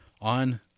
on